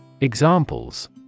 Examples